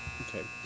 Okay